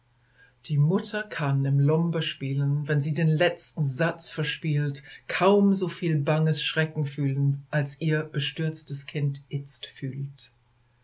die mutter kann im lomberspielen wenn sie den letzten satz verspielt kaum so viel banges schrecken fühlen als ihr bestürztes kind itzt fühlt